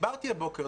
דיברתי הבוקר,